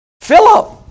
Philip